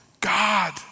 God